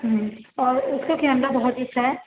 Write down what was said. اور اُس کا کیمرہ بہت ہی اچھا ہے